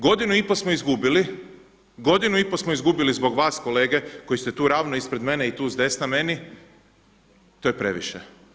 Godinu i pol smo izgubili, godinu i pol smo izgubili zbog vas kolege koji ste tu ravno ispred mene i tu s desna meni, to je previše.